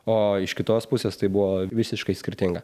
o iš kitos pusės tai buvo visiškai skirtinga